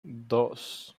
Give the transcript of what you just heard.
dos